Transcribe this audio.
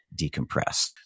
decompress